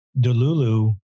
DeLulu